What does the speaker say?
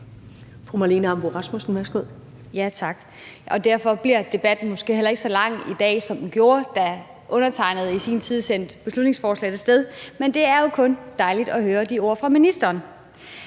Derfor bliver debatten måske heller ikke så lang i dag, som den gjorde, da undertegnede i sin tid sendte beslutningsforslaget af sted, men det jo kun dejligt at høre de ord fra ministeren.